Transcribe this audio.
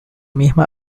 misma